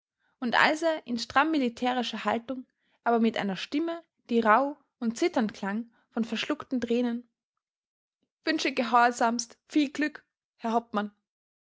und als er in stramm militärischer haltung aber mit einer stimme die rauh und zitternd klang von verschluckten tränen wünsche gehorsamst viel glück herr hauptmann